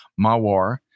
Mawar